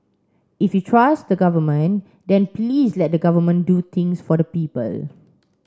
if you trust the government then please let the government do things for the people